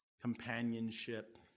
companionship